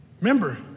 Remember